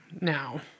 now